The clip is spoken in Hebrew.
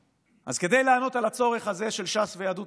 אז כדי לענות על הצורך הזה של ש"ס ויהדות